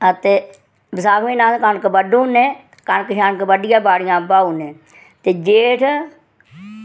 ते बसाख म्हीनै अस कनक बड्ढी ओड़ने कनक बड्ढियै बाड़ियां बुहाई ओड़ने